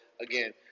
again